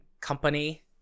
company